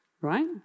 right